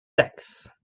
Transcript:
taxes